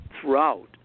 throughout